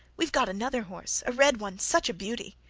we've got another horse a red one such a beauty!